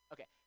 Okay